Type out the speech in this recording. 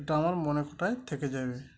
এটা আমার মনে কটায় থেকে যাবে